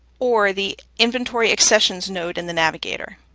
or the inventory-accessions node in the navigator.